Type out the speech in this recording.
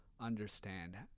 understand